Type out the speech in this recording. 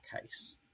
case